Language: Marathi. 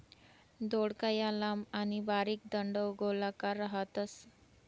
दौडका या लांब आणि बारीक दंडगोलाकार राहतस